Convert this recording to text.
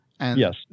Yes